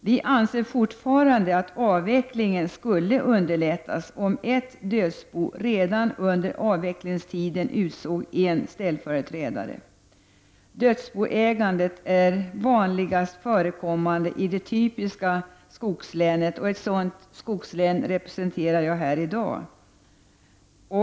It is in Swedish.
Vi anser fortfarande att avvecklingen skulle underlättas om ett dödsbo redan under avvecklingstiden utsåg en ställföreträdare. Dödsboägandet är vanligast förekommande i det typiska skogslänet, och ett sådant skogslän representerar jag här i dag.